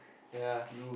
yep